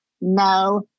No